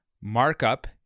markup